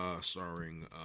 Starring